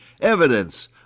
evidence